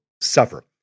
suffer